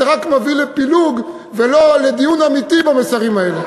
אתה רק מביא לפילוג ולא לדיון אמיתי במסרים האלה.